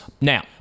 Now